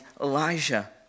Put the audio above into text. Elijah